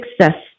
success